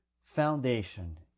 foundation